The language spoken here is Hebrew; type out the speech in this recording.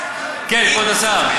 כן, כבוד השר.